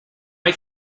hay